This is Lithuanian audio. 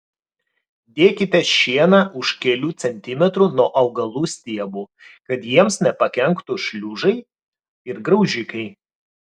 dėkite šieną už kelių centimetrų nuo augalų stiebų kad jiems nepakenktų šliužai ir graužikai